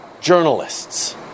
journalists